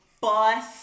boss